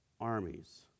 armies